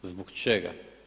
Zbog čega?